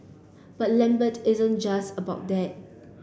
but Lambert isn't just about that